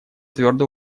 твердо